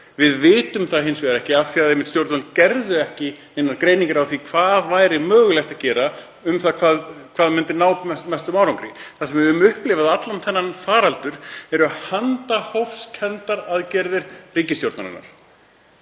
Við vitum það hins vegar ekki af því að stjórnvöld gerðu ekki neinar greiningar á því hvað væri mögulegt að gera og hvað myndi skila mestum árangri. Það sem við höfum upplifað allan þennan faraldur eru handahófskenndar aðgerðir ríkisstjórnarinnar.